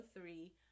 three